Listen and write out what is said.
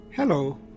Hello